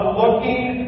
looking